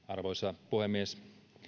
arvoisa puhemies